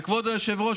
וכבוד היושב-ראש,